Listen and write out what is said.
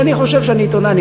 כי אני חושב שאני עיתונאי,